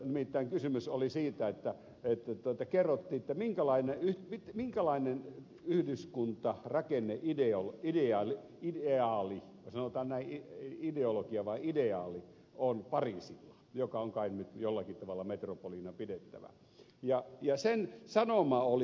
nimittäin kysymys oli siitä että ei tytöltä kerro siitä minkälainen kerrottiin minkälainen yhdyskunta rakenne video media oy ja se ottaa näihin ideologia vai yhdyskuntarakenneideaali on pariisilla jota on kai nyt jollakin tavalla metropolina pidettävä ja jäsen saa naama oli